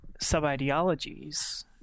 sub-ideologies